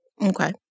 Okay